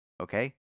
Okay